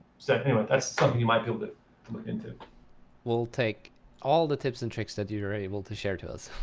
so anyway, that's something you might be able to look into. victor we'll take all the tips and tricks that you were able to share to us.